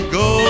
go